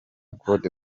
claude